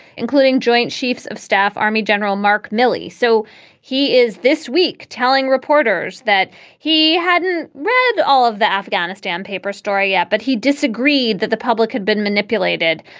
including joint chiefs of staff army gen. mark milley. so he is this week telling reporters that he hadn't read all of the afghanistan papers story yet, but he disagreed that the public had been manipulated.